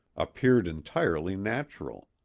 appeared entirely natural.